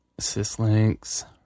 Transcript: Syslinks